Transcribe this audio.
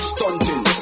Stunting